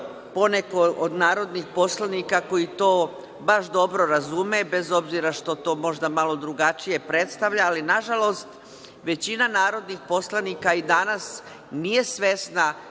po neko od narodnih poslanika koji to baš dobro razume, bez obzira što to možda malo drugačije predstavlja. Nažalost većina narodnih poslanika i danas nije svesna